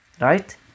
right